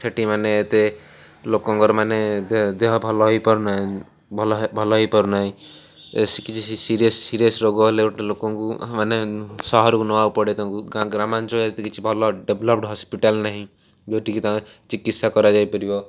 ସେଇଠି ମାନେ ଏତେ ଲୋକଙ୍କର ମାନେ ଦେହ ଭଲ ହେଇପାରୁନାହିଁ ଭଲ ଭଲ ହେଇପାରୁନାହିଁ କିଛି ସିରିଏସ୍ ସିରିଏସ୍ ରୋଗ ହେଲେ ଗୋଟେ ଲୋକଙ୍କୁ ମାନେ ସହରକୁ ନ ପଡ଼େ ତାଙ୍କୁ ଗ୍ରାମାଞ୍ଚଳରେ ଏତେ କିଛି ଭଲ ଡେଭଲପ୍ ହସ୍ପିଟାଲ୍ ନାହିଁ ଯେଉଁଠିକି ତାଙ୍କୁ ଚିକିତ୍ସା କରାଯାଇପାରିବ